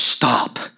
Stop